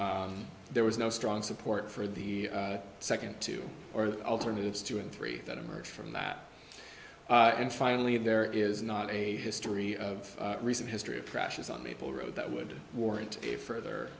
there was no strong support for the second two or alternatives two and three that emerge from that and finally there is not a history of recent history of crashes on maple road that would warrant a further